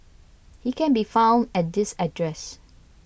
he can be found at this address